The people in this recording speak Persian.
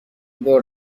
بار